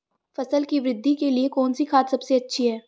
फसल की वृद्धि के लिए कौनसी खाद सबसे अच्छी है?